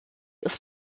ist